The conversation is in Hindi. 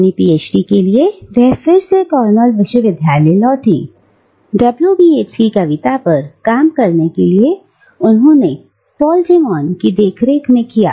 अपनी पीएचडी के लिए वह फिर से कॉर्नेल विश्वविद्यालय लौटे डब्लू बी येट्स की कविता पर काम करने के लिए उन्होंने पॉल डे मान की देखरेख में काम किया